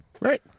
Right